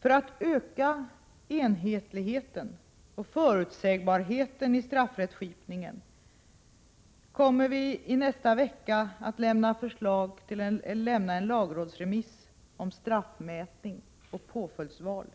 För att öka enhetligheten och förutsägbarheten i straffrättskipningen kommer vi i nästa vecka att lämna en lagrådsremiss om straffmätning och påföljdsval.